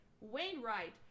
Wainwright